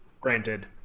Granted